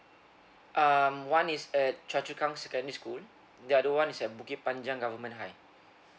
um one is at choa chu kang secondary school the other one is at bukit panjang government high